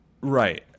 Right